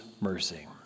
mercy